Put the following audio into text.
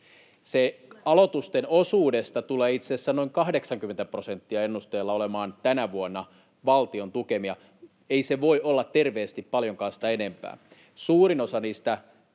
Aloitusten osuudesta tulee itse asiassa noin 80 prosenttia ennusteen mukaan olemaan tänä vuonna valtion tukemia. Ei se voi olla terveesti paljonkaan sitä enempää.